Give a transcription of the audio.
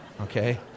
Okay